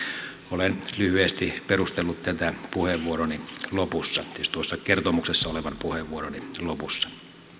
olen lyhyesti perustellut tätä puheenvuoroni lopussa siis tuossa kertomuksessa olevan puheenvuoroni lopussa